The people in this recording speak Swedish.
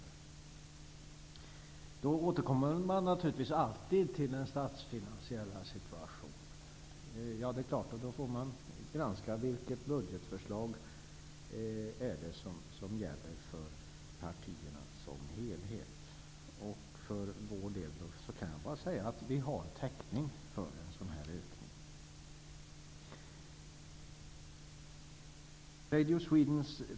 Man återkommer naturligtvis alltid till den statsfinansiella situationen. Det är klart att man då får granska vilket budgetförslag som gäller för varje parti. Jag kan säga att vi för vår del har täckning för en sådan ökning av anslagen.